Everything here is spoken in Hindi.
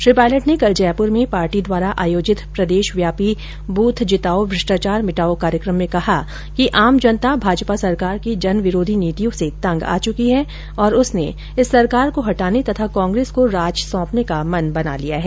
श्री पायलट ने कल जयपुर में पार्टी द्वारा आयोजित प्रदेशव्यापी ब्रथ जिताओ भ्रष्टाचार मिटाओ कार्यक्रम में कहा कि आम जनता भाजपा सरकार की जनविरोधी नीतियों से तंग आ चुकी है और उसने इस सरकार को हटाने तथा कांग्रेस को राज सौपने का मन बना लिया है